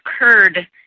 occurred